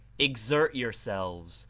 exert yourselves,